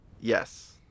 Yes